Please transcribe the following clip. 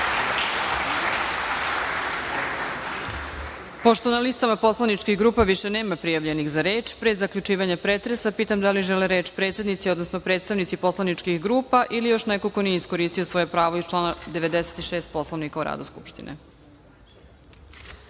Pošto na listama poslaničkih grupa više nema prijavljenih za reč, pre zaključivanja pretresa pitam da li žele reč predsednici, odnosno predstavnici poslaničkih grupa ili još neko ko nije iskoristio svoje pravo iz člana 96. Poslovnika o radu Skupštine? Danijela